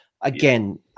again